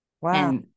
wow